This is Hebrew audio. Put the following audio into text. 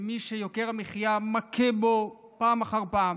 למי שיוקר המחיה מכה בו פעם אחר פעם.